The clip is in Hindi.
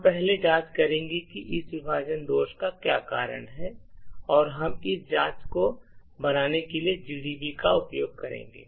हम पहले जांच करेंगे कि इस विभाजन दोष का क्या कारण है और हम इस जांच को बनाने के लिए GDB का उपयोग करेंगे